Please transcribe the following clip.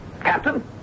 Captain